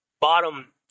bottom